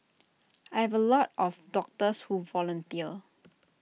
I have A lot of doctors who volunteer